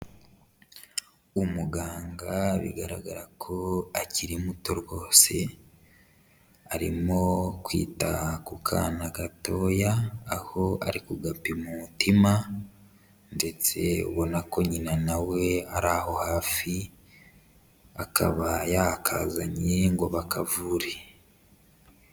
Umuganga bigaragara ko akiri muto rwose, arimo kwita ku kana gatoya aho ari kugapima umutima ndetse ubona ko nyina nawe ari aho hafi akaba yakazanye ngo bakavure.